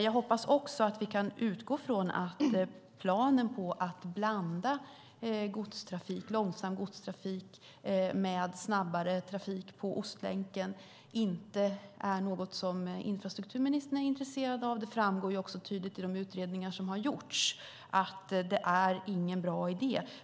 Jag hoppas också att vi kan utgå från att planen på att blanda långsam godstrafik med snabbare trafik på Ostlänken inte är något som infrastrukturministern är intresserad av. Det framgår också tydligt i de utredningar som har gjorts att det inte är någon bra idé.